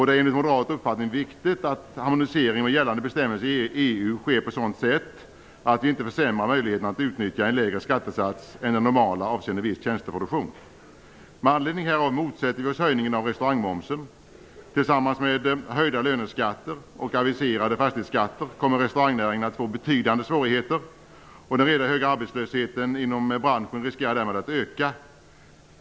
Det är enligt moderat uppfattning viktigt att harmoniseringen med gällande bestämmelser i EU sker på ett sådant sätt att vi inte försämrar möjligheterna att utnyttja en lägre skattesats än den normala avseende viss tjänsteproduktion. Med anledning härav motsätter vi oss höjningen av restaurangmomsen. Tillsammans med höjda löneskatter och aviserade fastighetsskatter kommer den att leda till att restaurangnäringen får betydande svårigheter. Den redan höga arbetslösheten inom branschen riskerar därmed att öka.